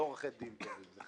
לא עורכי דין טובים...